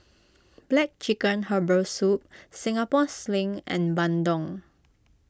Black Chicken Herbal Soup Singapore Sling and Bandung